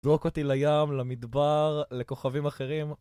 זרוק אותי לים, למדבר, לכוכבים אחרים.